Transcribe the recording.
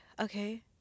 okay